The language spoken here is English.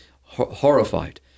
horrified